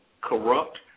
corrupt